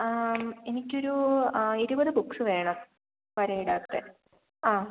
എനിക്കൊരു ഇരുപത് ബുക്സ് വേണം വരയിടാത്തത് ആ